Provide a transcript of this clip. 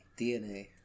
DNA